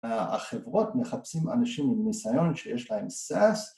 ‫החברות מחפשים אנשים עם ניסיון ‫שיש להם סס.